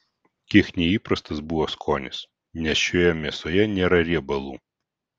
kiek neįprastas buvo skonis nes šioje mėsoje nėra riebalų